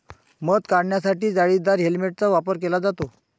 मध काढण्यासाठी जाळीदार हेल्मेटचा वापर केला जातो